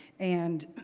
and,